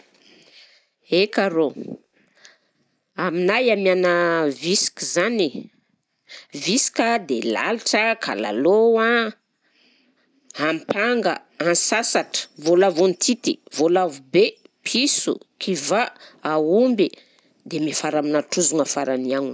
Eka arô, aminay amiana visika zany, visika de lalitra, kalalao a, ampanga, ansasatra, voalavo antity, voalavo be, piso, kivà, aomby, dia miafara aminà trozona faragny ao.